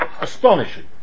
astonishing